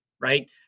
right